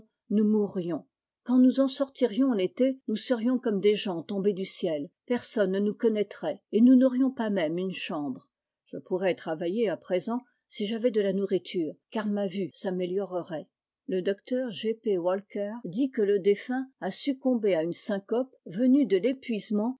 nous mourrions quand nous en sortirions l'été nous serions comme des gens tombes du ciel personne ne nous connaîtrait et nous n'aurions pas même une chambre je pourrais travailler à présent si j'avais de la nourriture car ma vue s'améliorerait le docteur g p walker dit que le défunt a succombé à une syncope venue de l'épuisement